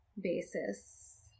basis